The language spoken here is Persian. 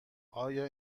آیا